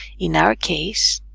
in our case